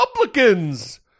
Republicans